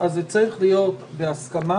זה צריך להיות בהסכמה